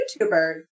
YouTuber